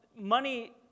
money